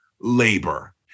labor